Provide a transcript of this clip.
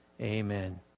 Amen